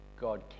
God